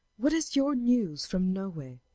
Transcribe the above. what is your news from nowhere,